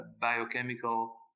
biochemical